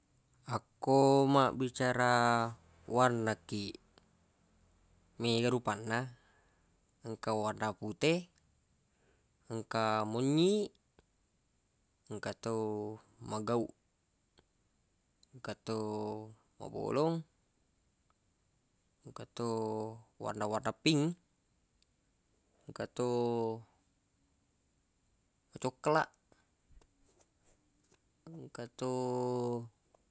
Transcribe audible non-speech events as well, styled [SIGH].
Akko mabbicara [NOISE] warna kiq mega rupanna engka warna pute engka monynyi engka to magau engka to mabolong engka to warna-warna ping engka to cokelaq engka to